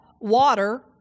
water